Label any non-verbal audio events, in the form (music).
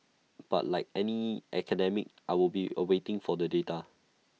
(noise) but like any academic I will be awaiting for the data